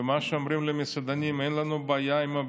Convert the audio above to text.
ומה שאומרים לי המסעדנים: אין לנו בעיה עם הביקוש,